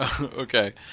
Okay